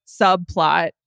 subplot